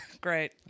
Great